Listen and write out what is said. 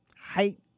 height